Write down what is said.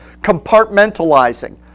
compartmentalizing